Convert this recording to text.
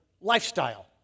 lifestyle